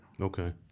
Okay